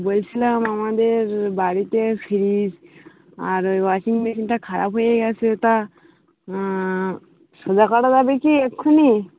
বলছিলাম আমাদের বাড়িতে ফ্রিজ আর ওই ওয়াশিং মেশিনটা খারাপ হয়ে গেছে তা সোজা করা যাবে কি এক্ষুণি